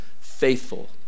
faithful